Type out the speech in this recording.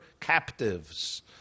captives